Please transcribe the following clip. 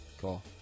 Cool